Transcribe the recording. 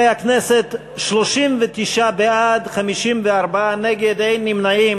חברי הכנסת, 39 בעד, 54 נגד, אין נמנעים.